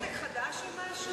אין לך פתק חדש או משהו?